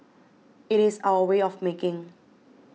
it is our way of making